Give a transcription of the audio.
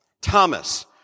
Thomas